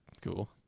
Cool